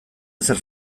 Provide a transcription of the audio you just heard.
ezer